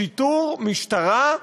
משיטור, משטרה,